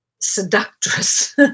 seductress